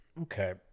okay